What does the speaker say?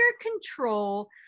control